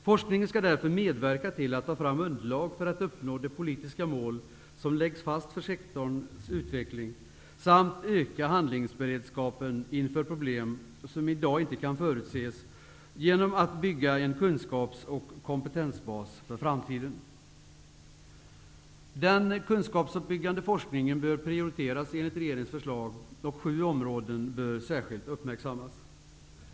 Forskningen skall därför medverka till att ta fram underlag för att uppnå de politiska mål som läggs fast för sektorns utveckling samt öka handlingsberedskapen inför problem som inte kan förutses i dag, genom att bygga en kunskaps och kompetensbas för framtiden. Den kunskapsuppbyggande forskningen bör prioriteras enligt regeringens förslag, och sju områden bör särskilt uppmärksammas.